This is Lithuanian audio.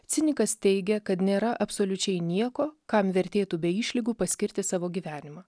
cinikas teigia kad nėra absoliučiai nieko kam vertėtų be išlygų paskirti savo gyvenimą